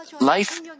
life